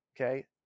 Okay